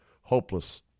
hopeless